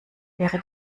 wäre